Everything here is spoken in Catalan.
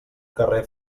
carrer